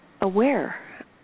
aware